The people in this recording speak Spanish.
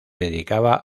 dedicaba